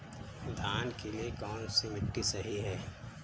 धान के लिए कौन सी मिट्टी सही है?